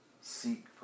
Seek